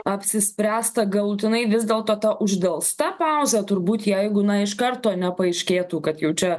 apsispręsta galutinai vis dėlto ta uždelsta pauzė turbūt jeigu na iš karto nepaaiškėtų kad jau čia